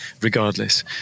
regardless